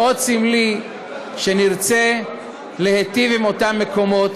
מאוד סמלי שנרצה להיטיב עם אותם מקומות